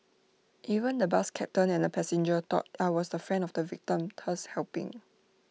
even the bus captain and A passenger thought I was the friend of the victim thus helping